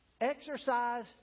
Exercise